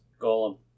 Golem